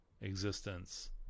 existence